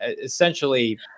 Essentially